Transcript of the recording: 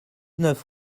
neuf